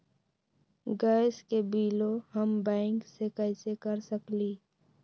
Gas के बिलों हम बैंक से कैसे कर सकली?